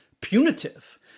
punitive